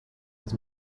was